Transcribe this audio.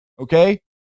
Okay